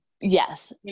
Yes